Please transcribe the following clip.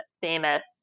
famous